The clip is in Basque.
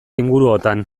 inguruotan